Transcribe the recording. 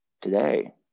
today